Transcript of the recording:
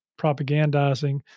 propagandizing